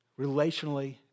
Relationally